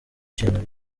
kintu